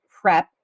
prep